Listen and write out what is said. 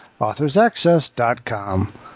AuthorsAccess.com